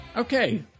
Okay